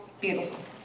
Beautiful